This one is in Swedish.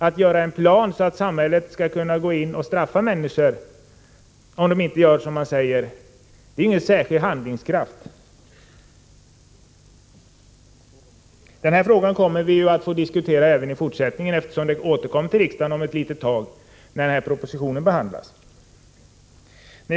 Att göra upp en plan för att samhället skall kunna gå in och straffa människor om de inte gör som samhället säger är inte särskilt handlingskraftigt. Den här frågan kommer vi att få diskutera ytterligare, eftersom den snart återkommer till riksdagen i samband med att propositionen skall behandlas.